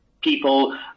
people